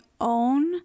own